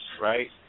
right